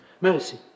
Mercy